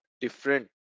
different